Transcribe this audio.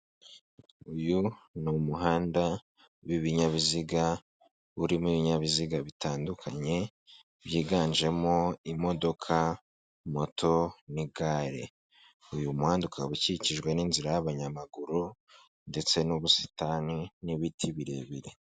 Uyu ni umuhanda w'ibinyabiziga urimo ibinyabiziga bitandukanye, byiganjemo imodoka, moto, n'igare. uyu muhanda ukaba ukikijwe n'inzira y'abanyamaguru ndetse n'ubusitani n'ibiti birebire.